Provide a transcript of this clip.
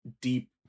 deep